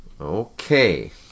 Okay